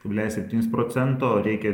kablelis septynis procento o reikia